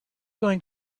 going